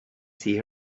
see